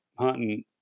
hunting